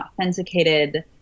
authenticated